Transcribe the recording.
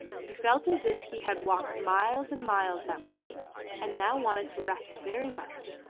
he felt as if he had walked miles and miles that morning and now wanted to rest very much.